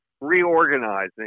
Reorganizing